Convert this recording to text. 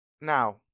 Now